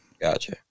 Gotcha